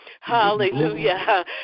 hallelujah